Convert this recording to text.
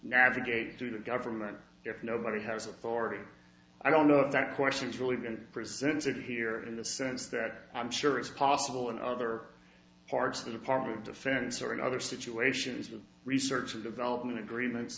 navigate through the government if nobody has authority i don't know if that question's really been presented here in the sense that i'm sure it's possible in other parts of the department of defense or in other situations with research and development agreements